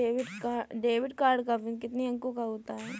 Debit card का pin कितने अंकों का होता है?